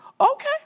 Okay